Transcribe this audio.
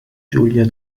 giulia